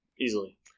Easily